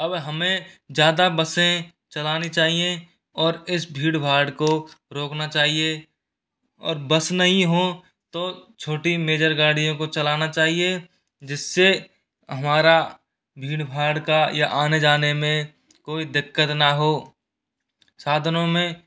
अब हमें ज़्यादा बसें चलानी चाहिए और इस भीड़भाड़ को रोकना चाहिए और बस नहीं हो तो छोटी मेजर गाड़ियों को चलाना चाहिए जिससे हमारा भीड़भाड़ का या आने जाने में कोई दिक्कत न हो साधनों में